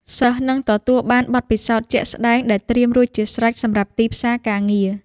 សិស្សនឹងទទួលបានបទពិសោធន៍ជាក់ស្តែងដែលត្រៀមរួចជាស្រេចសម្រាប់ទីផ្សារការងារ។